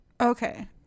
Okay